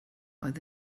oedd